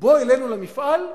בוא אלינו למפעל,